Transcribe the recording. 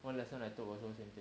one lesson I took also same thing